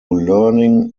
learning